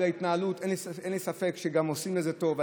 אין לי ספק שעושים את זה טוב.